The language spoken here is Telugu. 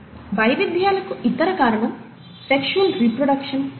వైవిధ్యాలకు ఇతర కారణం సెక్షువల్ రీప్రొడక్షన్ ప్రక్రియ